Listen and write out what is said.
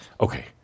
Okay